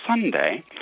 Sunday